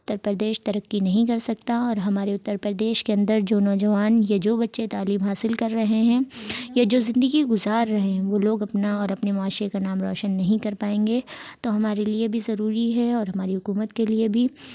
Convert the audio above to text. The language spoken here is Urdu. اتر پردیش ترقی نہیں کر سکتا اور ہمارے اتر پردیش کے اندر جو نوجوان یا جو بچے تعلیم حاصل کر رہے ہیں یا جو زندگی گزار رہے ہیں وہ لوگ اپنا اور اپنے معاشرے کا نام روشن نہیں کر پائیں گے تو ہمارے لیے بھی ضروری ہے اور ہماری حکومت کے لیے بھی